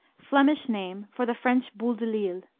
flemish name for the french boule de lille.